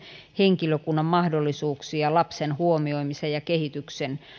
henkilökunnan mahdollisuuksia lapsen huomioimiseen ja kehityksen